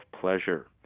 pleasure